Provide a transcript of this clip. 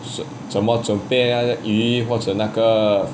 是怎么准备那个鱼或者那个